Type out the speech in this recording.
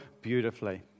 beautifully